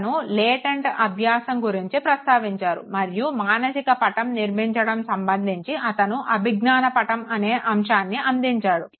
అతను లేటెంట్ అభ్యాసం గురించి ప్రస్తావించారు మరియు మానసిక పటం నిర్మించడం సంబంధించి అతను అభిజ్ఞాన పటం అనే అంశాన్ని అందించాడు